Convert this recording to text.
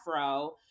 afro